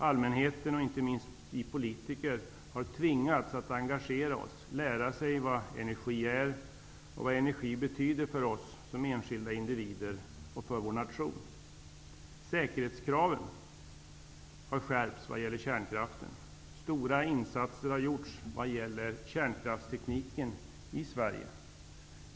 Allmänheten och inte minst politiker har tvingats att engagera sig, lära sig vad energi är och vad den betyder för oss som individer och för vår nation. Säkerhetskraven har skärpts vad gäller kärnkraften. Stora insatser har gjorts i kärnkraftstekniken i vårt land.